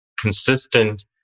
consistent